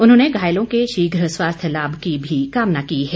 उन्होंने घायलों के शीघ्र स्वास्थ्य लाभ की कामना भी की है